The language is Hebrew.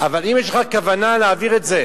אבל אם יש לך כוונה להעביר את זה